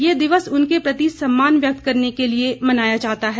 यह दिवस उनके प्रति सम्मान व्यक्त करने के लिए मनाया जाता है